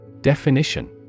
Definition